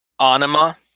Anima